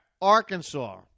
Arkansas